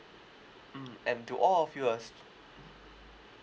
mm and do all of you are